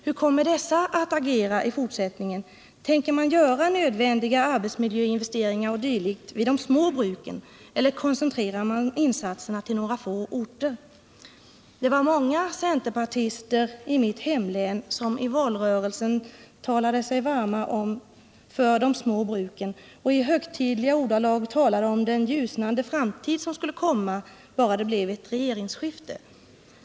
Hur kommer dessa att agera i fortsättningen? Tänker man göra nödvändiga arbetsmiljöinvesteringar o. d. vid de små bruken, eller koncentrerar man insatserna till några få orter? Det var många centerpartister i mitt hemlän som i valrörelsen talade sig varma för de små bruken och i högtidliga ordalag talade om den ljusnande framtid som skulle komma bara det blev ett regeringsskifte.